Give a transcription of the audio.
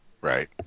right